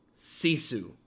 Sisu